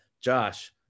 Josh